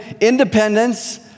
independence